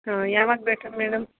ಹಾಂ ಯಾವಾಗ ಬೇಕು ಮೇಡಮ್